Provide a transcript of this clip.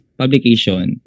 publication